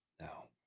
No